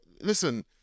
listen